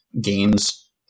games